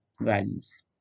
values